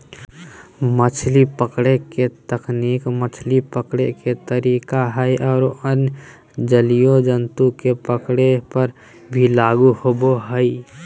मछली पकड़े के तकनीक मछली पकड़े के तरीका हई आरो अन्य जलीय जंतु के पकड़े पर भी लागू होवअ हई